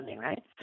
right